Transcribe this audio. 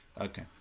Okay